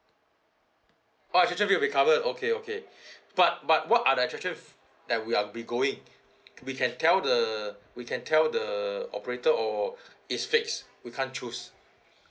attraction fee will be covered okay okay but but what are the attraction that we are we going we can tell the we can tell the operator or it's fixed we can't choose